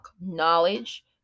knowledge